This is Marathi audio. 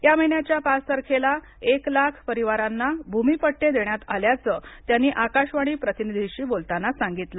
या महिन्याच्या पाच तारखेला एक लाख परिवारांना भूमी पट्टे देण्यात आल्याचं त्यांनी आकाशवाणी प्रतिनिधीशी बोलताना सांगितलं